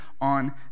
on